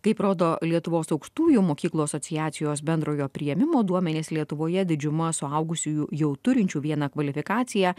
kaip rodo lietuvos aukštųjų mokyklų asociacijos bendrojo priėmimo duomenys lietuvoje didžiuma suaugusiųjų jau turinčių vieną kvalifikaciją